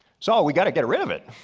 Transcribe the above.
so we gotta get rid of it.